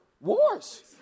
wars